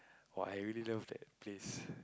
!wah! I really love that place